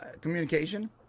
communication